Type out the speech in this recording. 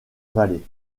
vallée